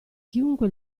chiunque